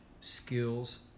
skills